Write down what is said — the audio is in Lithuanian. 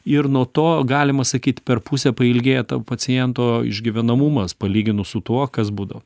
ir nuo to galima sakyt per pusę pailgėja to paciento išgyvenamumas palyginus su tuo kas būdavo